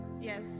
Yes